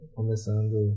começando